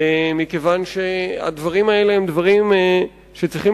מכיוון שהדברים האלה הם דברים שצריכים